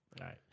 Right